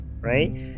right